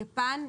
יפן,